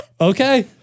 Okay